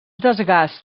desgast